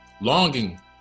longing